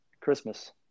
Christmas